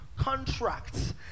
contracts